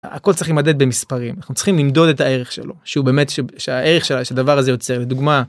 הכל צריך להמדד במספרים. אנחנו צריכים למדוד את הערך שלו. שהוא באמת... שהערך שהדבר הזה יוצר. לדוגמה...